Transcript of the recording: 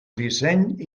disseny